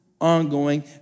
ongoing